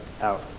out